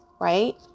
right